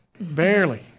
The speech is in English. Barely